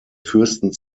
fürsten